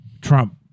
Trump